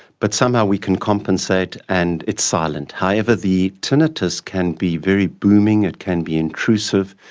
but somehow we can compensate and it's silent. however, the tinnitus can be very booming, it can be intrusive,